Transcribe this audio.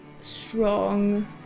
strong